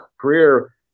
career